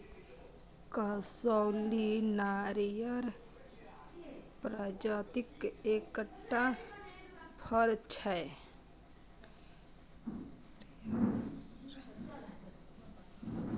कसैली नारियरक प्रजातिक एकटा फर छै